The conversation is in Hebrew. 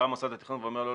מוסד התכנון אומר לא,